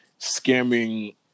scamming